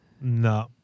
No